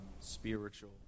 spiritual